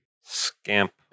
Scamp